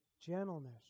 gentleness